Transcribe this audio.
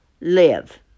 live